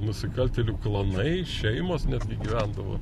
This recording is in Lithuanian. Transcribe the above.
nusikaltėlių klanai šeimos netgi gyvendavo